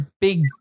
big